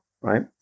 right